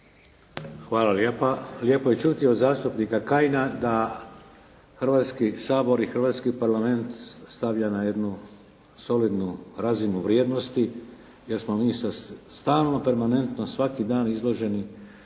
Hvala lijepa. Lijepo je čuti od zastupnika Kajina da Hrvatski sabor i hrvatski Parlament stavlja na jednu solidnu razinu vrijednosti, jer smo mi stalno permanentno svaki dan izloženi